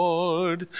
Lord